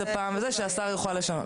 שהשר יוכל לשנות.